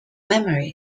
memory